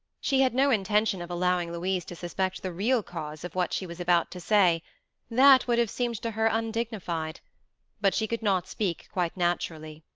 she had no intention of allowing louise to suspect the real cause of what she was about to say that would have seemed to her undignified but she could not speak quite naturally.